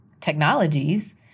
technologies